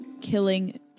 killing